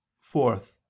Fourth